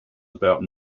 about